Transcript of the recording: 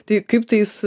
tai kaip tu jais